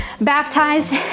baptized